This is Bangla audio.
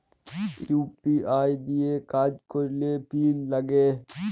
ইউ.পি.আই দিঁয়ে কাজ ক্যরলে পিল লাগে